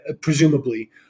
presumably